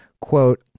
quote